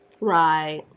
Right